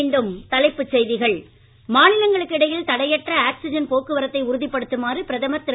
மீண்டும் தலைப்புச் செய்திகள் மாநிலங்களுக்கு இடையில் தடையற்ற ஆக்ஸிஜன் போக்குவரத்தை உறுதிப்படுத்துமாறு பிரதமர் திரு